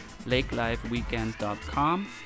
lakelifeweekend.com